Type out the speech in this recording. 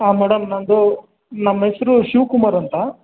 ಹಾಂ ಮೇಡಮ್ ನನ್ನದು ನಮ್ಮ ಹೆಸರು ಶಿವ್ ಕುಮಾರ್ ಅಂತ